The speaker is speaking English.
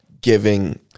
giving